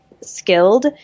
skilled